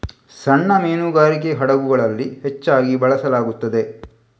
ಸಣ್ಣ ಮೀನುಗಾರಿಕೆ ಹಡಗುಗಳಲ್ಲಿ ಹೆಚ್ಚಾಗಿ ಬಳಸಲಾಗುತ್ತದೆ